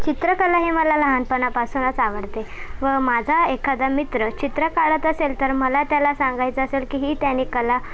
चित्रकला हे मला लहानपणापासूनच आवडते व माझा एखादा मित्र चित्र काढत असेल तर मला त्याला सांगायचं असेल की ही त्याने कला